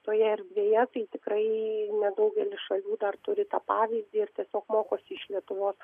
toje erdvėje tai tikrai nedaugelis šalių dar turi tą pavyzdį ir tiesiog mokosi iš lietuvos